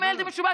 הם הילד המשובט.